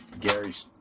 Gary's